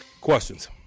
Questions